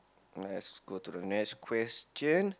let's go to the next question